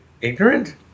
Ignorant